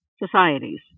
Societies